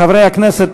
חברי הכנסת,